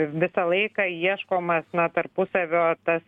visą laiką ieškomas na tarpusavio tas